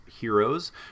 heroes